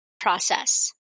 process